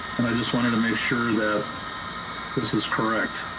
and i just wanted to make sure that this is correct.